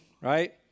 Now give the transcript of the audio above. right